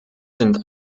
sind